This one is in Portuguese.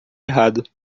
errado